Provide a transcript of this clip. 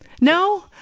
no